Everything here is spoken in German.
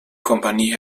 kompanie